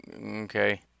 okay